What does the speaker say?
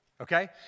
okay